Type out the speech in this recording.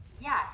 Yes